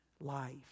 life